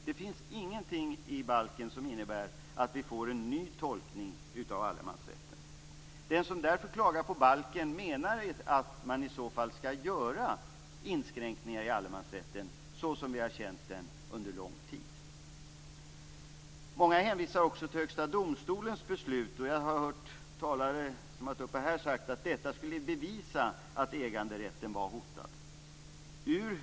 Det finns ingenting i balken som innebär att vi får en ny tolkning av allemansrätten. Den som klagar på balken menar därför att man skall göra inskränkningar i allemansrätten, såsom vi har känt den under lång tid. Många hänvisar också till Högsta domstolens beslut. Jag har hört tidigare talare säga att detta skulle bevisa att äganderätten var hotad.